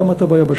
כמה אתה ביבשה,